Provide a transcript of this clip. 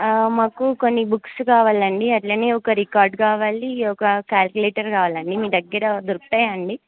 మాకు కొన్ని బుక్స్ కావాలండి అట్లనే ఒక రికార్డ్ కావాలి ఒక క్యాల్కులేటర్ కావాలండి మీ దగ్గర దొరుకుతాయా అండి